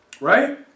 right